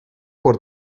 por